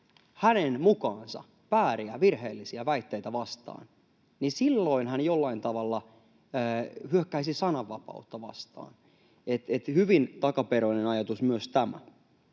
hänen mukaansa vääriä, virheellisiä väitteitä vastaan, niin silloin hän jollain tavalla hyökkäisi sananvapautta vastaan. Hyvin takaperoinen ajatus myös tämä.